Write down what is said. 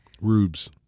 rubes